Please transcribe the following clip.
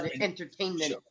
entertainment